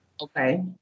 Okay